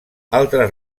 altres